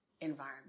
environment